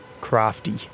crafty